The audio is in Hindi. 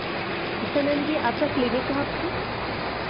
अच्छा मैम यह आपका क्लिनिक कहाँ पर है